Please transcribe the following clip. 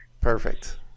Perfect